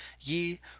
ye